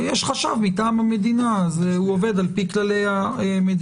יש חשב מטעם המדינה אז הוא עובד לפי כללי המדינה.